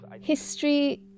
History